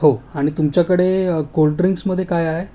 हो आणि तुमच्याकडे कोल्ड ड्रिंक्समध्ये काय आहे